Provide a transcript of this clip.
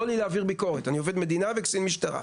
לא לי להעביר ביקורת, אני עובד מדינה וקצין משטרה,